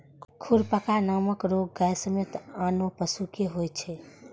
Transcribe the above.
खुरपका नामक रोग गाय समेत आनो पशु कें होइ छै